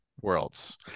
Worlds